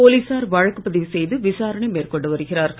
போலீசார் வழக்குப் பதிவு விசாரணை மேற்கொண்டு வருகிறார்கள்